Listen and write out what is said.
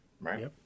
Right